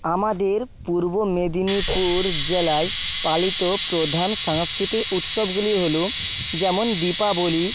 আমাদের পূর্ব মেদিনীপুর জেলায় পালিত প্রধান সাংস্কৃতিক উৎসবগুলি হলো যেমন দীপাবলি